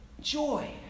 joy